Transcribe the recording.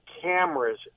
cameras